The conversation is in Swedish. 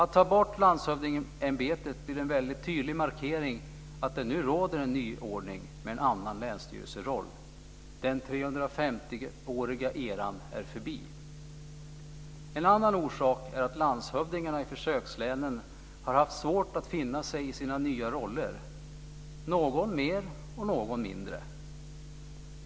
Att ta bort landshövdingeämbetet blir en väldigt tydlig markering att det nu råder en nyordning med en annan länsstyrelseroll. Den 350 åriga eran är förbi.